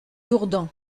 dourdan